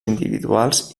individuals